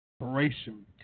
operation